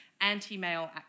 anti-male